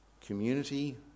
community